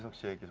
say